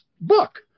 book